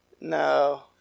no